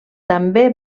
també